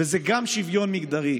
גם זה שוויון מגדרי,